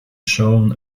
shown